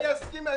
אני אסכים איתך.